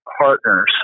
partners